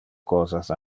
cosas